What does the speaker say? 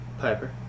Piper